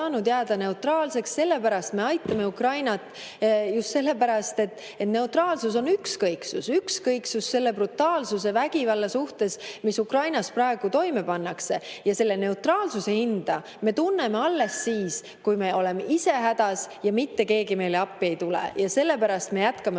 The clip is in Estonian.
saanud jääda neutraalseks, sellepärast me aitame Ukrainat, just sellepärast, et neutraalsus on ükskõiksus, ükskõiksus selle brutaalsuse ja vägivalla suhtes, mida Ukrainas praegu toime pannakse. Selle neutraalsuse hinda me tunneksime alles siis, kui me oleksime ise hädas ja mitte keegi meile appi ei tuleks. Sellepärast me jätkame